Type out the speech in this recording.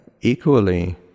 equally